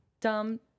dumb